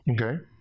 Okay